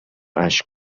اشک